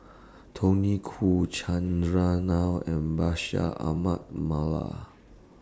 Tony Khoo Chandran Nair and Bashir Ahmad Mallal